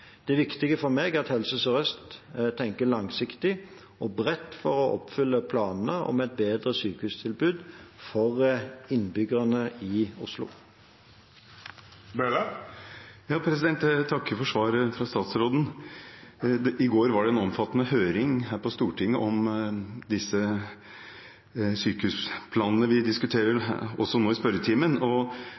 Det viktige for meg er at Helse Sør-Øst tenker langsiktig og bredt for å oppfylle planene om et bedre sykehustilbud for innbyggerne i Oslo. Jeg takker for svaret fra statsråden. I går var det en omfattende høring her på Stortinget om disse sykehusplanene vi nå også diskuterer i spørretimen, og